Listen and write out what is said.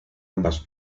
ambas